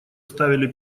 ставили